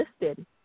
listed